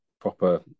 proper